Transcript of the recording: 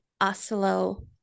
Oslo